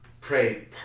pray